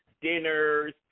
dinners